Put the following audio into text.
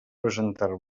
presentar